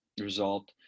result